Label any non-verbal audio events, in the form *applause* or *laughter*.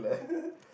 *laughs*